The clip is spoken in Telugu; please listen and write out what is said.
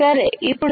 సరే ఇప్పుడు